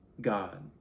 God